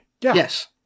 Yes